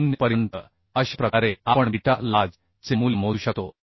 0 पर्यंत अशा प्रकारे आपण बीटा lj चे मूल्य मोजू शकतो